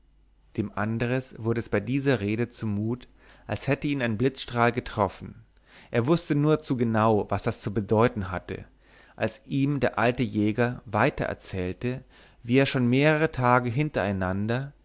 dem andres wurde es bei dieser rede zumut als hätt ihn ein blitzstrahl getroffen er wußte nur zu genau was das zu bedeuten hatte als ihm der alte jäger weiter erzählte wie er schon mehrere tage hintereinander